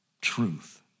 Truth